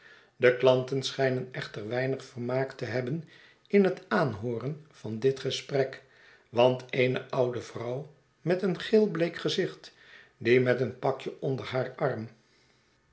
de klanten schijnen echter weinig vermaak te hebben in het aanhooren van dit gesprek want eene oude vrouw met een geelbleek gezicht die met een pakje onder haar arm